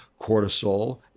Cortisol